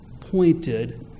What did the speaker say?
pointed